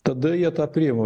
tada jie tą priima